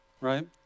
right